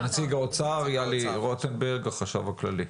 האוצר יהלי רוטנברג, החשב הכללי.